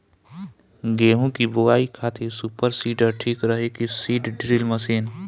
गेहूँ की बोआई खातिर सुपर सीडर ठीक रही की सीड ड्रिल मशीन?